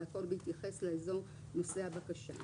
והכול בהתייחס לאזור נושא הבקשה.